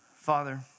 Father